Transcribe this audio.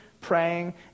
praying